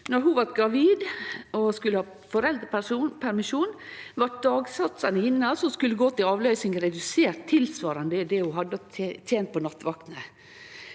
Då ho var gravid og skulle ha foreldrepermisjon, blei dagsatsane hennar, som skulle gå til avløysar, reduserte tilsvarande det ho hadde tent på nattevaktene.